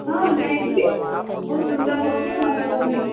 ହଁ ଯାଇଥିଲି ବହୁତ୍ ସୁନ୍ଦର ବୋହୁଟେ ଭଲ ବୋହୁଟେ